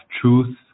truth